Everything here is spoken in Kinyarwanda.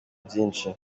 byinshi